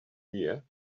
here